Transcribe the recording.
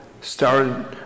started